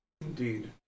Indeed